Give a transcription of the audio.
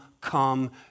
come